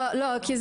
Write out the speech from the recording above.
לא רק.